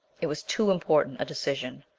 it was too important a decision.